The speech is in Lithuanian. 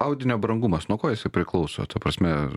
audinio brangumas nuo ko jisai priklauso ta prasme